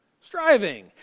striving